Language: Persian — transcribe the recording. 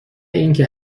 اینکه